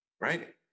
right